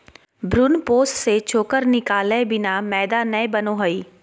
भ्रूणपोष से चोकर निकालय बिना मैदा नय बनो हइ